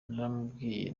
naramubwiye